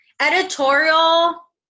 editorial